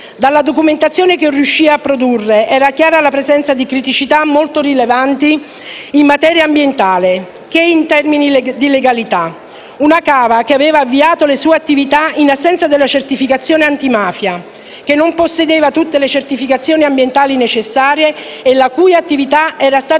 Dalla documentazione che riuscì a produrre, era chiara la presenza di criticità molto rilevanti sia in materia ambientale che in termini di legalità, trattandosi di una cava che aveva avviato le sue attività in assenza della certificazione antimafia, che non possedeva tutte le certificazioni ambientali necessarie e la cui attività era stata